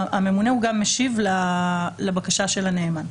הממונה גם משיב לבקשה של הנאמן.